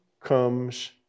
comes